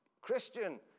Christian